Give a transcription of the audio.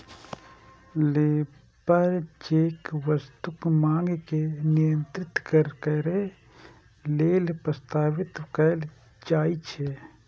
labour check वस्तुक मांग के नियंत्रित करै लेल प्रस्तावित कैल जाइ छै